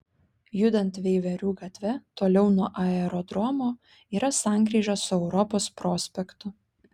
judant veiverių gatve toliau nuo aerodromo yra sankryža su europos prospektu